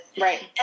right